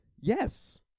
yes